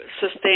sustain